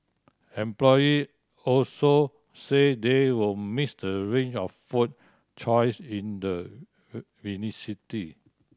employee also say they will miss the range of food choice in the